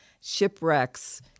shipwrecks